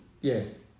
yes